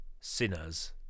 sinners